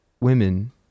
women